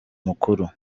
mukuru